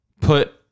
put